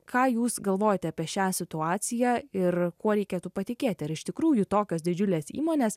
ką jūs galvojate apie šią situaciją ir kuo reikėtų patikėti ir iš tikrųjų tokios didžiulės įmonės